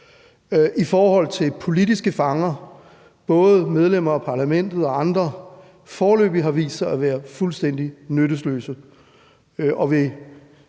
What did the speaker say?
i forhold til politiske fanger, både medlemmer af parlamentet og andre, foreløbig har vist sig at være fuldstændig nyttesløs?